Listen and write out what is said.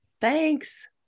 Thanks